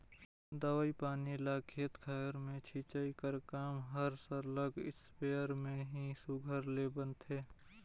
दवई पानी ल खेत खाएर में छींचई कर काम हर सरलग इस्पेयर में ही सुग्घर ले बनथे